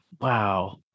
Wow